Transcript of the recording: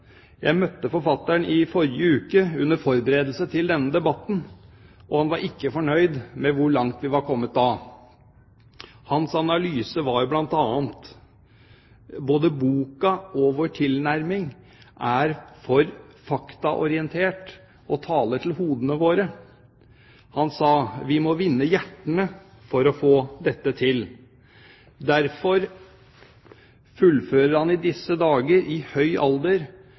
Jeg møtte forfatteren i forrige uke under forberedelsen til denne debatten, og han var da ikke fornøyd med hvor langt vi var kommet. Hans analyse var bl.a.: Både boka og vår tilnærming er for faktaorientert og taler til hodene våre. Hans sa: Vi må vinne hjertene for å få dette til. Derfor fullfører han i disse dager, i høy alder,